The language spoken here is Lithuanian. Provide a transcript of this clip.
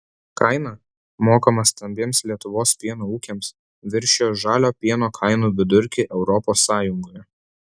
kaina mokama stambiems lietuvos pieno ūkiams viršijo žalio pieno kainų vidurkį europos sąjungoje